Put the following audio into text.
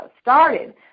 started